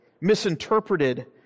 misinterpreted